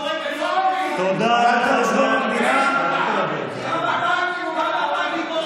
התפללת לשלום המדינה בסוף השבוע האחרון?